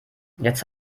jetzt